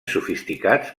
sofisticats